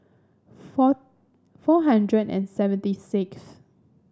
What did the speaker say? four four hundred and seventy sixth